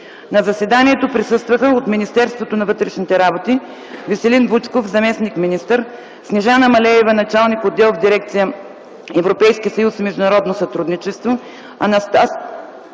На заседанието присъстваха от Министерството на вътрешните работи – Веселин Вучков – заместник-министър; Снежана Малеева – началник отдел в дирекция „Европейски съюз и международно сътрудничество”; Анастас